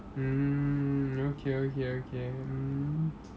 mm okay okay okay mm